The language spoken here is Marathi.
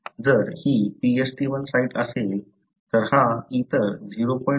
जर ही PstI साइट असेल तर हा इतर 0